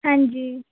ਹਾਂਜੀ